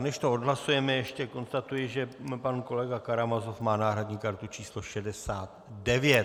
Než to odhlasujeme, ještě konstatuji, že pan kolega Karamazov má náhradní kartu číslo 69.